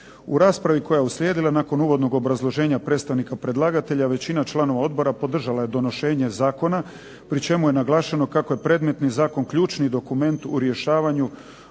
U raspravi koja je uslijedila nakon uvodnog obrazloženja predstavnika predlagatelja većina članova odbora podržala je donošenje zakona pri čemu je naglašeno kako je predmetni zakon ključni dokument u rješavanju